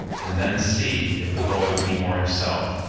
and then see if the boy will be more himself,